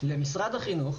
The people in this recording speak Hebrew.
למשרד החינוך,